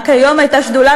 רק היום הייתה שדולה.